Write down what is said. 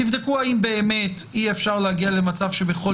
תבדקו האם באמת אי-אפשר להגיע למצב שבכל